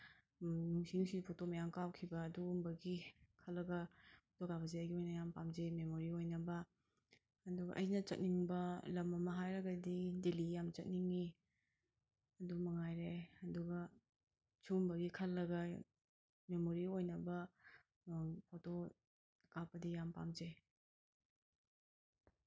ꯅꯨꯡꯁꯤ ꯅꯨꯡꯁꯤꯕ ꯐꯣꯇꯣ ꯃꯌꯥꯝ ꯀꯥꯞꯈꯤꯕ ꯑꯗꯨꯒꯨꯝꯕꯒꯤ ꯈꯜꯂꯒ ꯐꯣꯇꯣ ꯀꯥꯞꯄꯁꯤ ꯑꯩꯒꯤ ꯑꯣꯏꯅ ꯄꯥꯝꯖꯩ ꯃꯦꯃꯣꯔꯤ ꯑꯣꯏꯅꯕ ꯑꯗꯨꯒ ꯑꯩꯅ ꯆꯠꯅꯤꯡꯕ ꯂꯝ ꯑꯃ ꯍꯥꯏꯔꯒꯗꯤ ꯗꯤꯜꯂꯤ ꯌꯥꯝ ꯆꯠꯅꯤꯡꯉꯤ ꯑꯗꯨꯃꯉꯥꯏꯔꯦ ꯑꯗꯨꯒ ꯁꯨꯒꯨꯝꯕꯒꯤ ꯈꯜꯂꯒ ꯃꯦꯃꯣꯔꯤ ꯑꯣꯏꯅꯕ ꯐꯣꯇꯣ ꯀꯥꯞꯄꯗꯤ ꯌꯥꯝ ꯄꯥꯝꯖꯩ